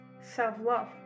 self-love